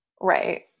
right